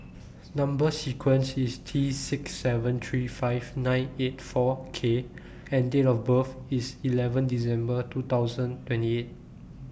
Number sequence IS T six seven three five nine eight four K and Date of birth IS eleven December two thousand twenty eight